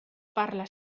parla